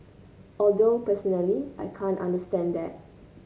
although personally I can't understand that